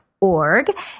Org